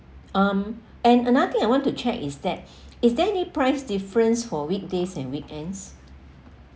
um and another thing I want to check is that is there any price difference for weekdays and weekends